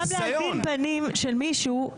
לימור סון הר מלך (עוצמה יהודית):